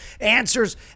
answers